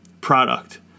product